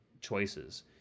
choices